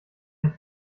ein